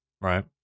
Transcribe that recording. Right